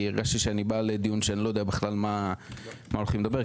כי הרגשתי שאני בא לדיון שאני לא יודע על מה הולכים לדבר,